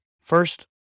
first